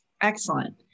Excellent